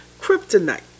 kryptonite